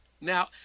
Now